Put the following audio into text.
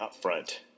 upfront